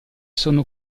sono